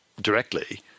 directly